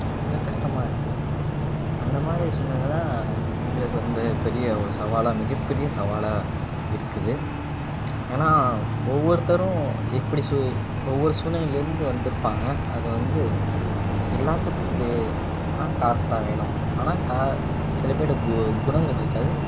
கொஞ்சம் கஷ்டமாக இருக்குது அந்தமாதிரி சூழ்நிலைதான் எங்களுக்கு வந்து பெரிய ஒரு சவாலாக மிகப்பெரிய சவாலாக இருக்குது ஏன்னா ஒவ்வொருத்தரும் எப்படி சு ஒவ்வொரு சூழ்நிலையிலேருந்து வந்திருப்பாங்க அது வந்து எல்லாத்துக்கும் வே காசுதான் வேணும் ஆனால் கா சிலபேர்ட்ட கு குணங்கள் இருக்காது